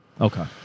Okay